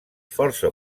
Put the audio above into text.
força